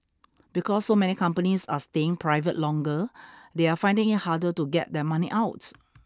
because so many companies are staying private longer they're finding it harder to get their money out